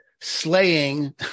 slaying